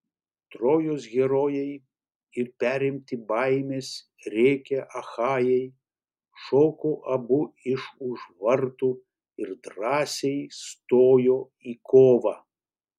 trojos herojai ir perimti baimės rėkia achajai šoko abu iš už vartų ir drąsiai stojo į kovą